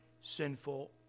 sinful